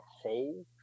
whole